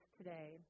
today